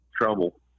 trouble